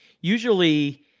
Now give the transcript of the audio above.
Usually